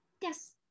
Yes